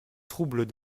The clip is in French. troubles